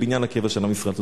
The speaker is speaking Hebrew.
לבניין הקבע של עם ישראל.